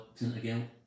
again